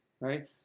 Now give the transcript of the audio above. right